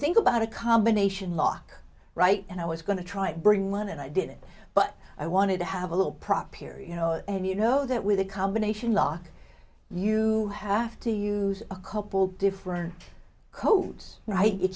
think about a combination lock right and i was going to try to bring one and i did it but i wanted to have a little prop here you know and you know that with a combination lock you have to use a couple different codes right it